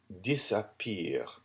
disappear